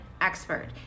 expert